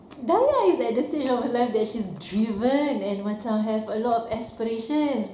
dayah is at the stage of her life that she's driven and macam have a lot of aspiration